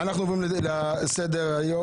אנחנו עוברים לסעיף הבא,